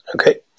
Okay